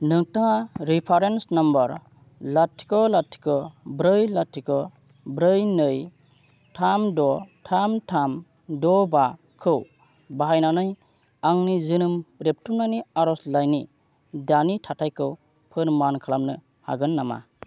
नोंथाङा reference number लाथिख' लाथिख' ब्रै लाथिख' ब्रै नै थाम द' थाम थाम द' बा खौ बाहायनानै आंनि जोनोम रेबथुमनायनि आर'जलाइनि दानि थाखायखौ फोरमान खालामनो हागोन नामा